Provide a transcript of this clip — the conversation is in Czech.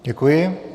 Děkuji.